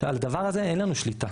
עכשיו על הדבר הזה אין לנו שליטה.